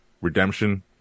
Redemption